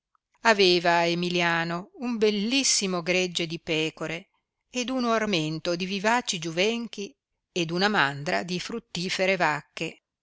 aveva emiliano un bellissimo gregge di pecore ed uno armento di vivaci giuvenchi ed una mandra di fruttifere vacche